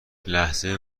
لحظه